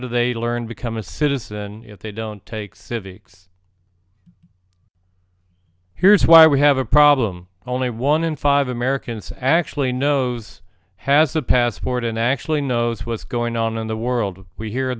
do they learn become a citizen if they don't take civics here's why we have a problem only one in five americans actually knows has a passport and actually knows what's going on in the world we hear